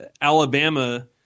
Alabama